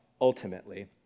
ultimately